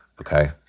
okay